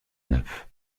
neuf